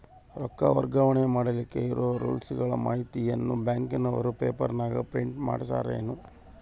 ರೊಕ್ಕ ವರ್ಗಾವಣೆ ಮಾಡಿಲಿಕ್ಕೆ ಇರೋ ರೂಲ್ಸುಗಳ ಮಾಹಿತಿಯನ್ನ ಬ್ಯಾಂಕಿನವರು ಪೇಪರನಾಗ ಪ್ರಿಂಟ್ ಮಾಡಿಸ್ಯಾರೇನು?